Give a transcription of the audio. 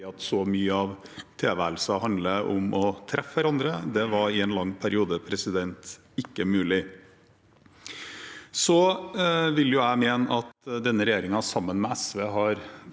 fordi så mye av tilværelsen handler om å treffe hverandre. Det var i en lang periode ikke mulig. Jeg vil mene at denne regjeringen sammen med SV har